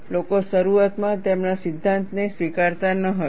લોકો શરૂઆતમાં તેમના સિદ્ધાંતને સ્વીકારતા ન હતા